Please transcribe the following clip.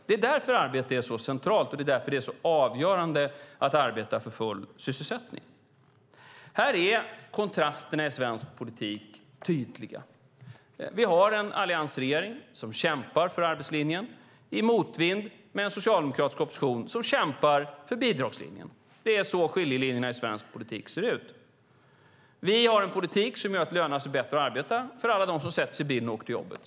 Det är därför arbete är så centralt, och det är därför det är så avgörande att arbeta för full sysselsättning. Här är kontrasterna i svensk politik tydliga. Vi har en alliansregering som kämpar för arbetslinjen i motvind med en socialdemokratisk opposition som kämpar för bidragslinjen. Det är så skiljelinjerna i svensk politik ser ut. Vi har en politik som gör att det lönar sig bättre att arbeta för alla dem som sätter sig i bilen och åker till jobbet.